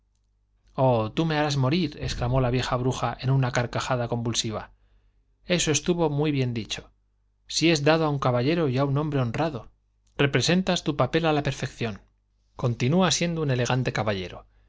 oh tú me harás morir exclamó la vieja bruja en una carcajada convulsiva eso estuvo muy bien dicho si es dado a un caballero y a un hombre honrado representas tu papel a la perfección continúa siendo un elegante caballero